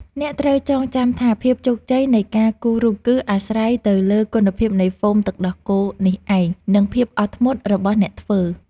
អ្នកត្រូវចងចាំថាភាពជោគជ័យនៃការគូររូប គឺអាស្រ័យទៅលើគុណភាពនៃហ្វូមទឹកដោះគោនេះឯង និងភាពអត់ធ្មត់របស់អ្នកធ្វើ។